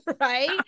right